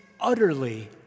utterly